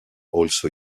also